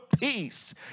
peace